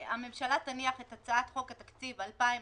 "הממשלה תניח את הצעת חוק התקציב 2020